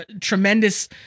tremendous